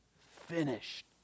finished